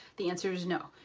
the answer is no.